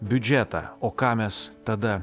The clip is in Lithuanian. biudžetą o ką mes tada